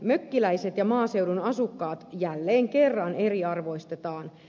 mökkiläiset ja maaseudun asukkaat jälleen kerran eriarvoistetaan